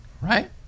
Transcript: right